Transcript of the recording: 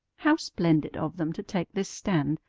how splendid of them to take this stand!